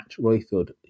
Royfield